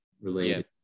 related